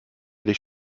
dich